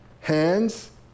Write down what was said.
hands